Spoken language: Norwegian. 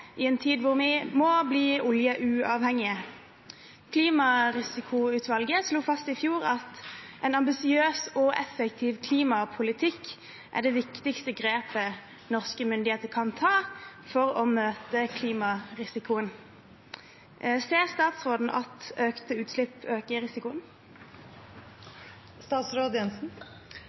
i en tid hvor vi skal bli oljeuavhengige. Klimarisikoutvalget slo fast at: «En ambisiøs og effektiv klimapolitikk er det viktigste grepet norske myndigheter kan ta for å møte risikoen». Ser statsråden at økte utslipp øker risikoen?» Vi skal overlate naturen og miljøet til neste generasjon i